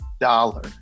dollar